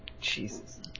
Jesus